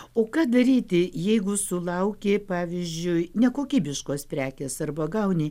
o ką daryti jeigu sulaukė pavyzdžiui nekokybiškos prekės arba gauni